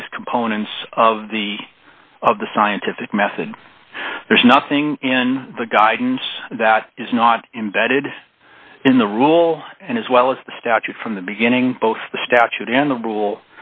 advised components of the of the scientific method there's nothing in the guidance that is not embedded in the rule and as well as the statute from the beginning both the statute and the rule